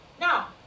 now